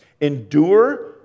endure